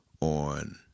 On